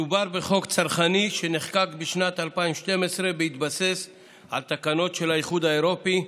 מדובר בחוק צרכני שנחקק בשנת 2012 בהתבסס על תקנות של האיחוד האירופי,